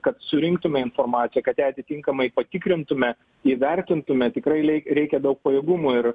kad surinktume informaciją kad ją atitinkamai patikrintume įvertintume tikrai reikia daug pajėgumų ir